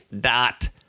dot